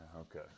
okay